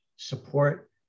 support